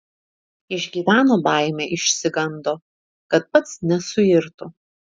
išgyveno baimę išsigando kad pats nesuirtų